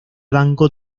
banco